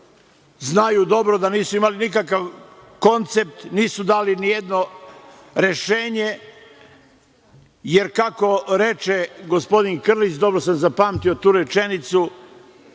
Znaju dobro da nisu imali nikakav koncept, nisu dali nijedno rešenje, jer kako reče gospodin Krlić, dobro sam zapamtio tu rečenicu,